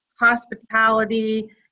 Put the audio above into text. hospitality